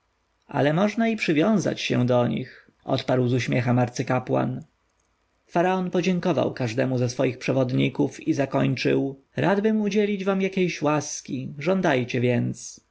ale można się i przywiązać do nich odparł z uśmiechem arcykapłan faraon podziękował każdemu ze swych przewodników i zakończył radbym udzielić wam jakiej łaski żądajcie więc